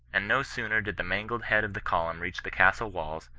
and no sooner did the mailed head of the colunm reach the castle walls,